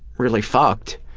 really fucked